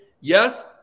Yes